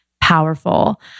powerful